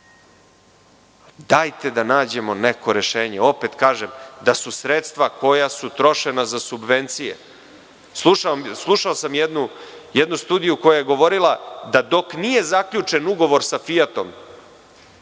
Dajte da nađemo neko rešenje. Opet kažem, da su sredstva koja su trošena za subvencije … Slušao sam jednu studiju koja je govorila da dok nije zaključen ugovor sa „Fijatom“